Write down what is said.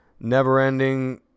never-ending